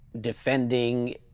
defending